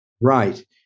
Right